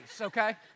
okay